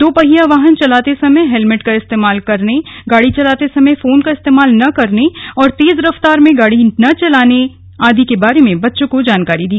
दोपहिया वाहन चलाते समय हेलमेट का इस्तेमाल करने गाड़ी चलाते समय फोन का इस्तेमाल न करने और तेज रफ्तार में गाड़ी न चलाने आदि के बारे में बच्चों को जानकारी दी